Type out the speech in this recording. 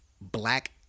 Black